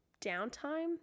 downtime